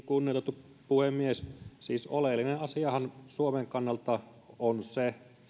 kunnioitettu puhemies siis oleellinen asiahan suomen kannalta on se